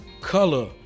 Color